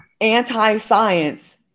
anti-science